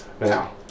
Now